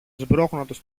σπρώχνοντας